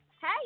Hey